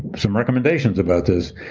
some recommendations about this.